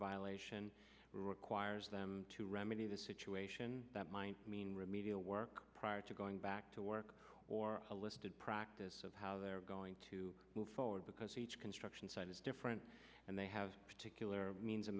violation requires them to remedy the situation that might mean remedial work prior to going back to work or a listed practice of how they're going to move forward because each construction site is different and they have particular means